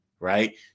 Right